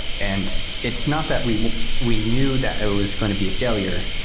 and it's not that we we knew that it was going to be a failure,